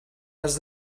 has